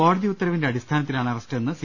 കോടതി ഉത്തരവിന്റെ അടിസ്ഥാനത്തിലാണ് അറ സ്റ്റെന്ന് സി